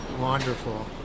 wonderful